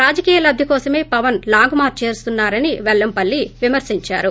రాజకీయలబ్లి కోసమే Pawan long march చేస్తున్నారని పెల్లంపల్లి విమర్పించారు